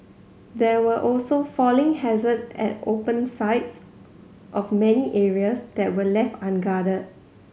there were also falling hazard at open sides of many areas that were left unguarded